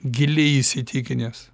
giliai įsitikinęs